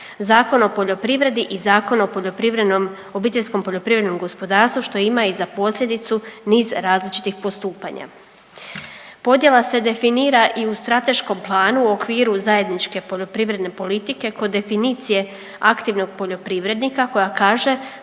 Zakon o poljoprivredi i Zakon o OPG-u što ima i za posljedicu niz različitih postupanja. Podjela se definira i u strateškom planu u okviru zajedničke poljoprivredne politike kod definicije aktivnog poljoprivrednika koja kaže